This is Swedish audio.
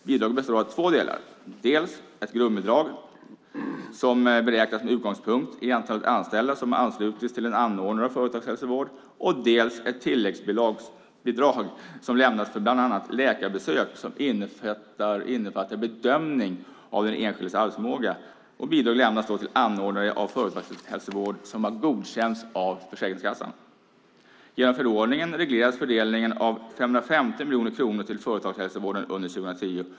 Bidraget består av två delar, dels ett grundbidrag som beräknas med utgångspunkt i antalet anställda som har anslutits till en anordnare av företagshälsovård, dels ett tilläggsbidrag som lämnas för bland annat läkarbesök som innefattar en bedömning av den anställdes arbetsförmåga. Bidrag lämnas till anordnare av företagshälsovård som har godkänts av Försäkringskassan. Genom förordningen regleras fördelningen av 550 miljoner kronor till företagshälsovården under 2010.